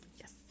Yes